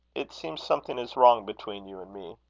it seems something is wrong between you and me.